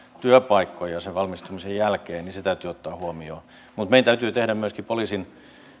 työpaikkoja sen valmistumisen jälkeen täytyy ottaa huomioon mutta meidän täytyy tehdä myöskin poliisin